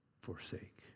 forsake